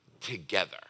together